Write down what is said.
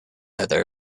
other